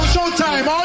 Showtime